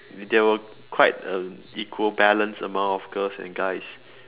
there were quite an equal balance amount of girls and guys